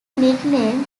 nickname